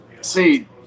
see